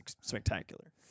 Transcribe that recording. spectacular